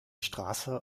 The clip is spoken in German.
straße